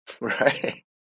Right